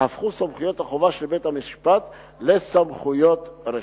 יהפכו סמכויות החובה של בית-המשפט לסמכויות רשות.